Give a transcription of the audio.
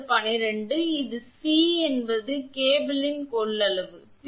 எனவே இது cos 90 ° 𝛿 ஆகும்